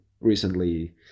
recently